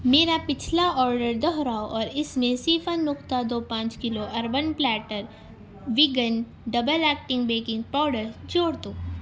میرا پچھلا آرڈر دوہراؤ اور اس میں صفر نقطہ دو پانچ kilo urban platter vegan double acting baking powder جوڑ دو